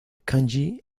kanji